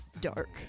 dark